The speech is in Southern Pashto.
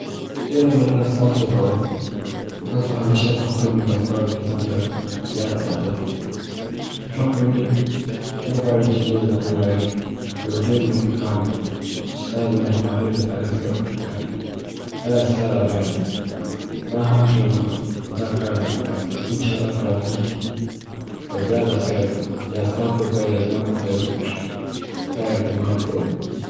ډېره مننه ستاسو د دعوت. تاسو همیشه په خپل میلمستیاوو کي زه په یاد ساتلی یم. زړه خو مي نه غواړمي چې نې درته ووایم خو یو ډېر مهم کار لرم چې ستا د مهمانۍ د تاریخ سره په ټکر کي. دا یې ستا را باندي، زما هم زړه غواړي، خو دا کار را پیدا سو. انشاه الله په راتلونکي به بیا دخیره یا ستا پر ځای یا زما پر ځای سره کښینو. ستا یې پر ما پور.